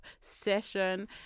session